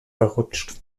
verrutscht